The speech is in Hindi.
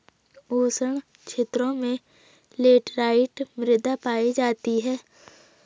उष्ण क्षेत्रों में लैटराइट मृदा पायी जाती है